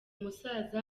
musaza